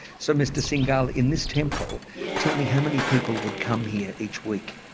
so mr singhal in this temple tell me how many people would come here each week?